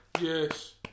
Yes